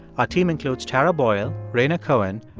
our team includes tara boyle, rhaina cohen,